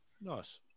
Nice